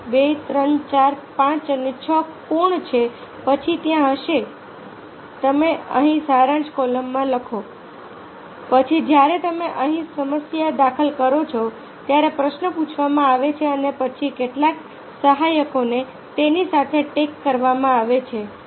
1 2 3 4 5 અને 6 કોણ છે પછી ત્યાં હશે તમે અહીં સારાંશ કૉલમ રાખો પછી જ્યારે તમે અહીં સમસ્યા દાખલ કરો છો ત્યારે પ્રશ્ન પૂછવામાં આવે છે અને પછી કેટલાક સહાયકોને તેની સાથે ટેગ કરવામાં આવે છે